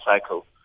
cycle